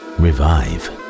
revive